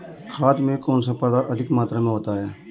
खाद में कौन सा पदार्थ अधिक मात्रा में होता है?